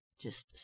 Just